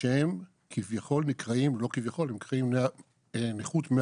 לאנשים אחרים, לא יכולים לצאת מהבית.